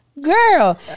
Girl